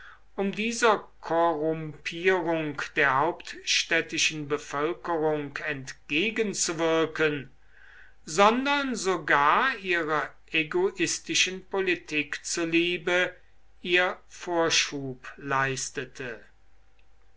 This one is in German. um dieser korrumpierung der hauptstädtischen bevölkerung entgegenzuwirken sondern sogar ihrer egoistischen politik zuliebe ihr vorschub leistete